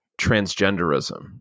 transgenderism